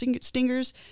stingers